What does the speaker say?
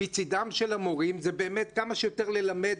מצדם של המורים, זה באמת כמה שיותר ללמד.